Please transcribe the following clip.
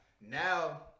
Now